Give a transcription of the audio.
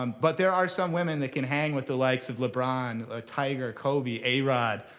um but there are some women that can hang with the likes of lebron, ah tiger, kobe, a-rod,